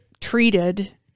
treated